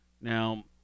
Now